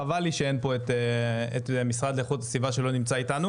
חבל לי שאין לנו המשרד לאיכות הסביבה שלא אתנו,